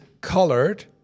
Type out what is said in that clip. colored